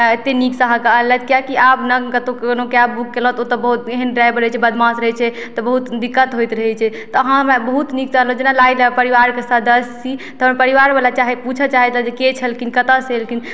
अतेक नीक से अहाँके अनलथि किए कि आब ने कतौ कोनो कैब बुक केलहुॅं तऽ ओतऽ बहुत एहेन ड्राइवर रहै छै बदमाश रहै छै तऽ बहुत दिक्कत होइत रहै छै तऽ अहाँ हमरा बहुत नीक से अनलहुॅं जेना लागै रहै परिवारके सदस्य छी तऽ परिवारबला चाहैत पुछऽ चाहैत रहैत जे के छलखिन कतौ से एलखिन